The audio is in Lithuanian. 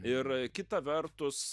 ir kita vertus